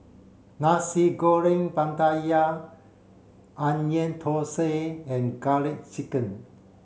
Nasi Goreng Pattaya Onion Thosai and garlic chicken